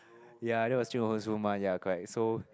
ya that was Jing Hong's room ah ya correct so